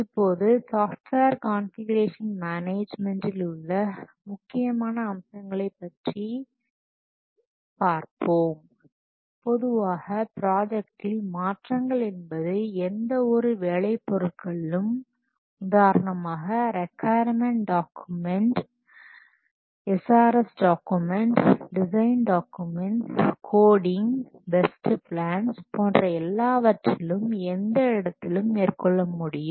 இப்போது software configuration மேனேஜ்மென்டில் உள்ள முக்கியமான அம்சங்களைப் பற்றி இப்போது பார்ப்போம் பொதுவாக ப்ராஜெக்டில் மாற்றங்கள் என்பது எந்த ஒரு வேலைப் பொருட்களிலும் உதாரணமாக requirement document SRS document design documents coding test plans போன்ற எல்லாவற்றிலும் எந்த இடத்திலும் மேற்கொள்ள முடியும்